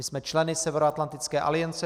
My jsme členy Severoatlantické aliance.